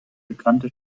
bekannte